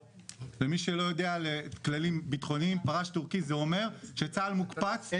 ומי שלא יודע כללים בטחוניים פרש תורכי זה אומר שצה"ל מוקפץ,